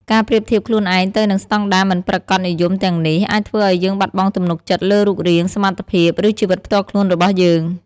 ការប្រៀបធៀបខ្លួនឯងទៅនឹងស្តង់ដារមិនប្រាកដនិយមទាំងនេះ អាចធ្វើឱ្យយើងបាត់បង់ទំនុកចិត្តលើរូបរាង សមត្ថភាព ឬជីវិតផ្ទាល់ខ្លួនរបស់យើង។